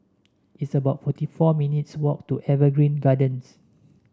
it's about forty four minutes' walk to Evergreen Gardens